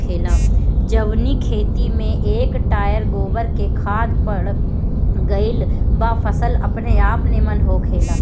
जवनी खेत में एक टायर गोबर के खाद पड़ गईल बा फसल अपनेआप निमन होखेला